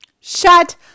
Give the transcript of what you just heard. Shut